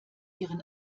ihren